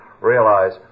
Realize